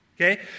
Okay